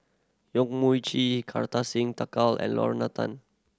Yong Mun Chee Kartar Singh Thakral and Lorna Tan